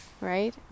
right